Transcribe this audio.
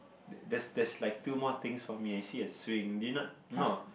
the~ there's there's like two more things for me I see a swing do you not no